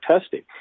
testing